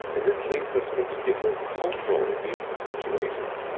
and this leads us into different cultural situations.